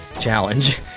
challenge